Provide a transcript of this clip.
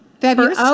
february